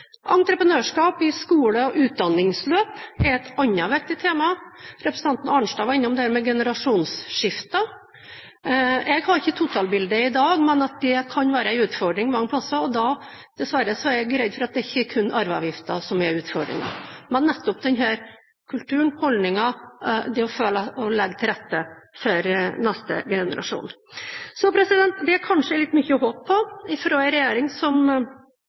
Entreprenørskap i skole og utdanningsløp er et annet viktig tema. Representanten Arnstad var innom dette med generasjonsskifter. Jeg har ikke totalbildet i dag, men det kan være en utfordring mange steder, og da er jeg dessverre redd for at det ikke bare er arveavgiften som er utfordringen. Det er nettopp denne kulturen, holdningen, det å legge til rette for neste generasjon. Det er kanskje litt mye å håpe på fra en regjering som